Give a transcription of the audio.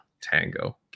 Tango